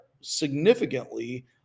significantly